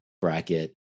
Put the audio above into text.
bracket